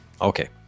Okay